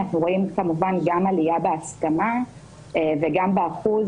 אנחנו רואים עלייה בהסכמה וגם באחוז